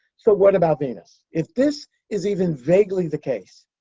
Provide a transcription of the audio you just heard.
so, what about venus? if this is even vaguely the case,